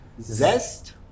Zest